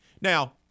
Now